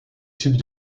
tubes